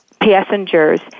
passengers